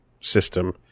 system